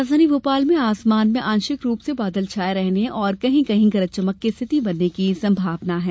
राजधानी भोपाल में आसमान में आंशिक रूप से बादल छाये रहने और कहीं कहीं गरज चमक की स्थिति बनने की संभावना है